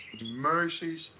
mercies